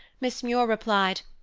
miss muir replied,